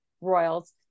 royals